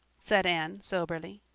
said anne soberly.